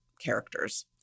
characters